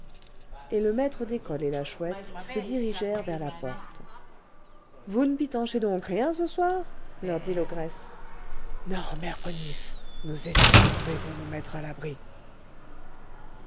et le maître d'école et la chouette se dirigèrent vers la porte vous ne pitanchez donc rien ce soir leur dit l'ogresse non mère ponisse nous étions entrés pour nous mettre à l'abri